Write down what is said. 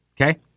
okay